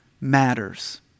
matters